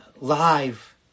live